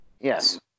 Yes